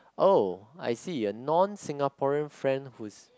oh I see non-Singaporean friends whose